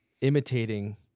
imitating